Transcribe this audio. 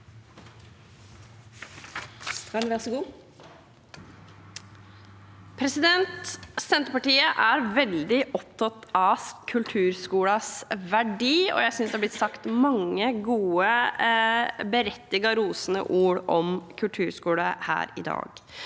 Senter- partiet er veldig opptatt av kulturskolens verdi, og jeg synes det er blitt sagt mange gode, berettiget rosende ord om kulturskolen her i dag.